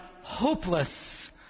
hopeless